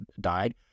died